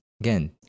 again